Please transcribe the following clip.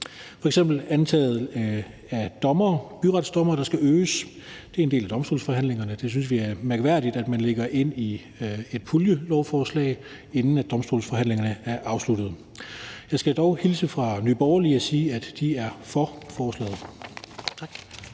F.eks. er antallet af byretsdommere, der skal øges, en del af domstolsforhandlingerne, og det synes vi er mærkværdigt at man lægger ind i et puljelovforslag, inden domstolsforhandlingerne er afsluttet. Jeg skal dog hilse fra Nye Borgerlige og sige, at de er for forslaget.